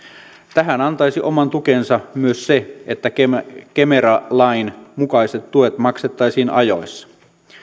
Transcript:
tähän antaisi oman tukensa myös se että kemera kemera lain mukaiset tuet maksettaisiin ajoissa